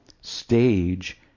stage